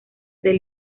del